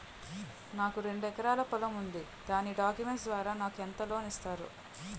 నాకు రెండు ఎకరాల పొలం ఉంది దాని డాక్యుమెంట్స్ ద్వారా నాకు ఎంత లోన్ మీరు ఇస్తారు?